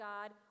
God